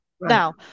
Now